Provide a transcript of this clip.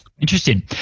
Interesting